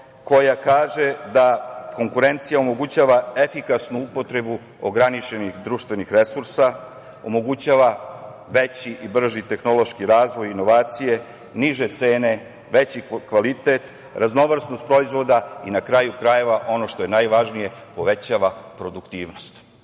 koja kaže da konkurencija omogućava efikasnu upotrebu ograničenih društvenih resursa, omogućava veći i brži tehnološki razvoj, inovacije, niže cene, veći kvalitet, raznovrsnost proizvoda i, na kraju krajeva, ono što je najvažnije, povećava produktivnost. Direktna